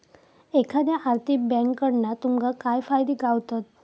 एखाद्या आर्थिक बँककडना तुमका काय फायदे गावतत?